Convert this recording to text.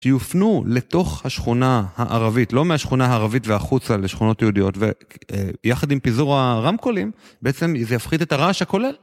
שיופנו לתוך השכונה הערבית, לא מהשכונה הערבית והחוצה לשכונות יהודיות, ויחד עם פיזור הרמקולים בעצם זה יפחית את הרעש הכולל.